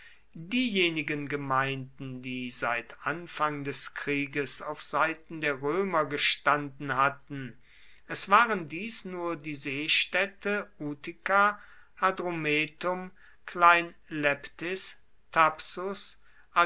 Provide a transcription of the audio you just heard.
diejenigen gemeinden die seit anfang des krieges auf seiten der römer gestanden hatten es waren dies nur die seestädte utica hadrumetum klein leptis thapsus